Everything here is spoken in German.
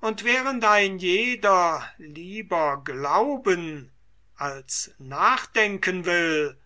und während ein jeder lieber glauben als nachdenken will